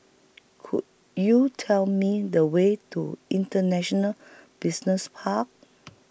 Could YOU Tell Me The Way to International Business Park